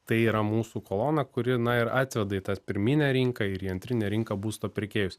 tai yra mūsų kolona kuri na ir atveda į tą pirminę rinką ir į antrinę rinką būsto pirkėjus